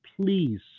Please